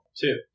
Two